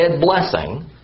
blessing